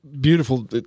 beautiful